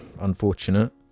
unfortunate